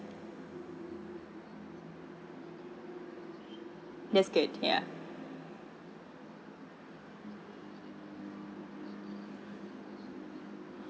yes good ya